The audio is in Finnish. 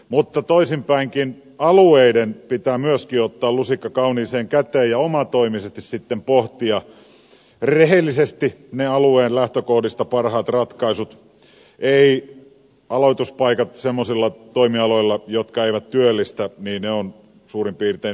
mutta toisinpäinkin alueiden pitää myöskin ottaa lusikka kauniiseen käteen ja omatoimisesti sitten pohtia rehellisesti ne alueen lähtökohdista parhaat ratkaisut eli aloituspaikat semmoisilla toimialoilla jotka eivät työllistä ovat suurin piirtein yhtä tyhjän kanssa